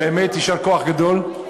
באמת, יישר כוח גדול.